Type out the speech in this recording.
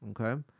okay